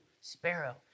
sparrow